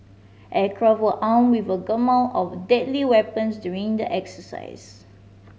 aircraft were arm with a gamut of deadly weapons during the exercise